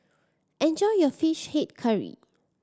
enjoy your Fish Head Curry